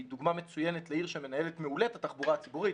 דוגמא מצוינת לעיר שמנהלת מעולה את התחבורה הציבורית,